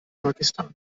pakistan